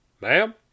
Ma'am